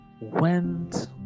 went